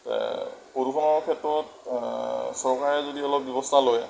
প্ৰদূষণৰ ক্ষেত্ৰত চৰকাৰে যদি অলপ ব্যৱস্থা লয়